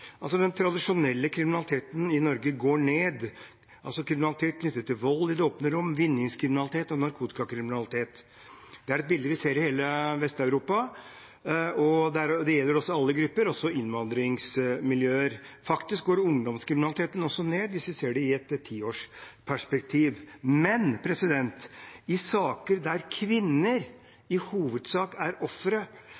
altså kriminalitet knyttet til vold i det åpne rom, vinningskriminalitet og narkotikakriminalitet. Det er et bilde vi ser i hele Vest-Europa, og det gjelder alle grupper, også innvandringsmiljøer. Faktisk går ungdomskriminaliteten også ned, hvis vi ser det i et tiårsperspektiv. Men i saker der i hovedsak kvinner